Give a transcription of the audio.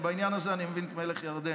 ובעניין הזה אני מבין את מלך ירדן.